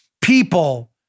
people